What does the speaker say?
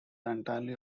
entirely